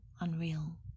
unreal